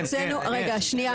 הוצאנו, רגע, שנייה.